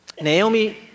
Naomi